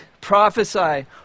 prophesy